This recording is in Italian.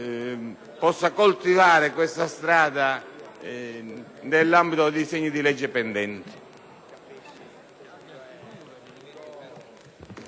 possa coltivare questa strada nell’ambito dei disegni di legge pendenti.